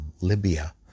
Libya